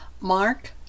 Mark